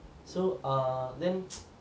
so err then